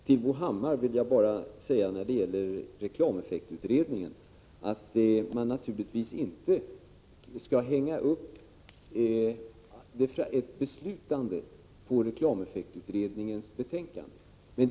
Till Bo Hammar vill jag bara säga att man naturligtvis inte skall hänga upp ett beslut på reklameffektutredningens betänkande.